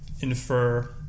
infer